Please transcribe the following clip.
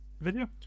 video